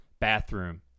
bathroom